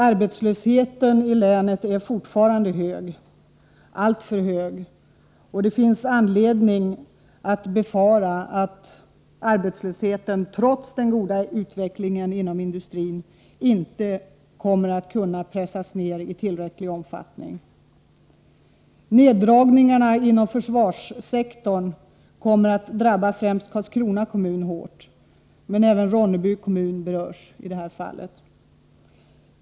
Arbetslösheten i länet är fortfarande hög — alltför hög — och det finns anledning att befara att den, trots den goda utvecklingen inom industrin, inte kommer att kunna pressas ned i tillräcklig omfattning. Neddragningarna inom försvarssektorn kommer att drabba främst Karlskrona kommun hårt, men även Ronneby kommun berörs i det här fallet.